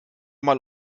mal